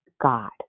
God